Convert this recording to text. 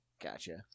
gotcha